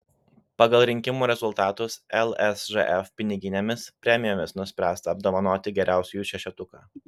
pagal rinkimų rezultatus lsžf piniginėmis premijomis nuspręsta apdovanoti geriausiųjų šešetuką